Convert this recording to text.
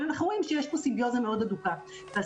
אבל אנחנו רואים שיש פה סימביוזה מאוד הדוקה והסימביוזה